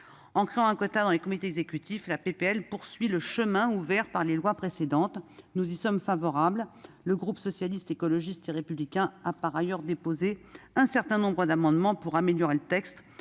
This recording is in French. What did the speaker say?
En créant un quota dans les comités exécutifs, le présent texte poursuit le chemin ouvert par les lois précédentes. Nous y sommes favorables. Les élus du groupe Socialiste, Écologiste et Républicain ont par ailleurs déposé un certain nombre d'amendements visant à améliorer cette